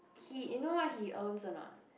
he you know what he owns a not